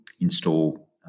install